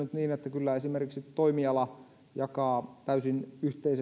kyllä esimerkiksi toimiala jakaa täysin yhteisesti tämän